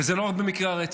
וזה לא רק במקרי הרצח,